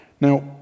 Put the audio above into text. Now